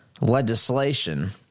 legislation